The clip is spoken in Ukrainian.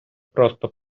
просто